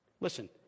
Listen